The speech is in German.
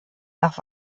nach